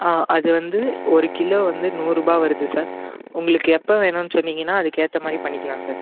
ஆ அது வந்து ஒரு கிலோ வந்து நூறுரூபா வருது சார் உங்களுக்கு எப்போ வேணுன்னு சொன்னீங்கன்னா அதுக்கேற்ற மாதிரி பண்ணிக்கலாம் சார்